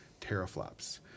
teraflops